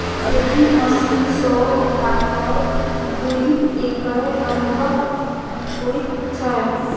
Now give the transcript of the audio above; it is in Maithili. एहि मशीन सॅ काटल दुइब एकै रंगक होइत छै